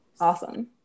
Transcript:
Awesome